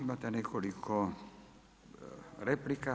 Imate nekoliko replika.